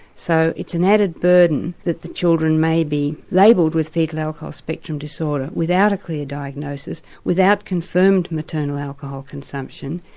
so it's an added burden that the children may be labelled with foetal alcohol spectrum disorder without a clear diagnosis, without confirmed maternal alcohol consumption.